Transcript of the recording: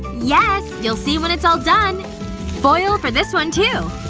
yes. you'll see when it's all done foil for this one, too.